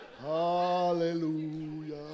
Hallelujah